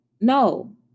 No